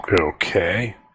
okay